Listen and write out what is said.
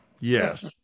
Yes